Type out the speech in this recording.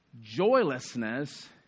Joylessness